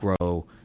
grow